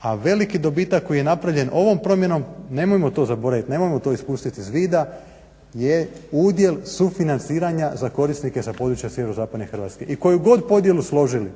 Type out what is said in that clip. A veliki dobitak koji je napravljen ovom promjenom, nemojmo to zaboravit, nemojmo to ispustit iz vida je udjel sufinanciranja za korisnike sa područja sjeverozapadne Hrvatske. I koju god podjelu složili